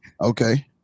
Okay